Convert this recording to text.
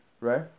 right